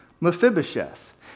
Mephibosheth